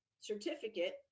certificate